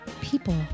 people